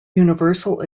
universal